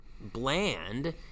bland